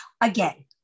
Again